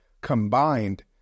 combined